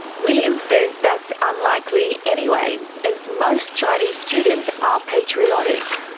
william says that's unlikely anyway, as most chinese students are patriotic.